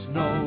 no